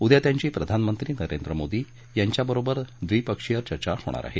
उद्या त्यांची प्रधानमंत्री नरेंद्र मोदी यांच्याबरोबर द्विपक्षीय चर्चा होणार आहे